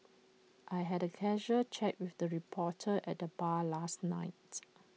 I had A casual chat with the reporter at the bar last night